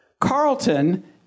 Carlton